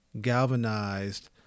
galvanized